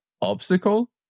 obstacle